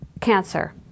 cancer